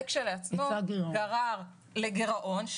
זה כשלעצמו גרר לגירעון,